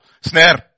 Snare